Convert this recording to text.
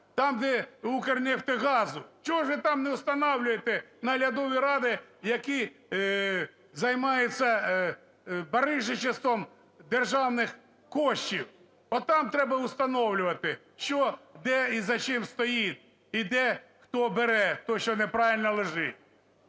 там, де "Укрнефтегаз", чого ж ви там не встановлюєте наглядові ради, які займаються барижничеством державних коштів? Отам треба встановлювати, що де і за чим стоїть і де, хто бере те, що неправильно лежить.